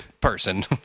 person